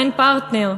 אין פרטנר.